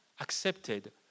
accepted